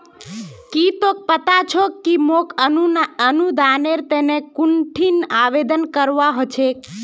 की तोक पता छोक कि मोक अनुदानेर तने कुंठिन आवेदन करवा हो छेक